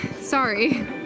Sorry